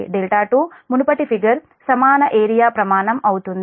2 మునుపటి ఫిగర్ సమాన ఏరియా ప్రమాణం అవుతుంది